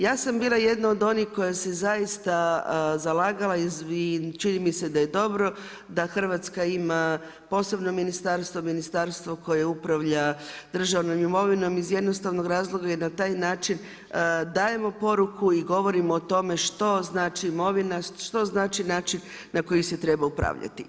Ja sam bila jedna od onih koja se zaista zalagala i čini mi se da je dobro da Hrvatska ima posebno ministarstvo, ministarstvo koje upravlja državnom imovinom iz jednostavnog razloga je da taj način dajemo poruku i govorimo o tome što znači imovina, što znači način na koji se treba upravljati.